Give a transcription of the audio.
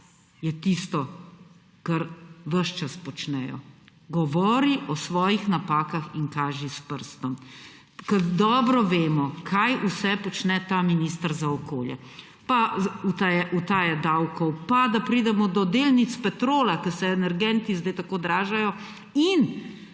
je tisto, kar ves čas počnejo: govôri o svojih napakah in kaži s prstom. Ker dobro vemo, kaj vse počne ta minister za okolje. Pa utaje davkov, pa da pridemo do delnic Petrola, ker se energenti zdaj tako dražijo in,